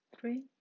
Three